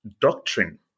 doctrine